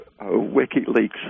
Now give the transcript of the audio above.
WikiLeaks